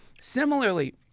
similarly